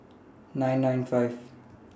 nine nine five